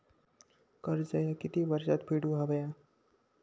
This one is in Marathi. कर्ज ह्या किती वर्षात फेडून हव्या?